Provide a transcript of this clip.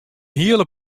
hiele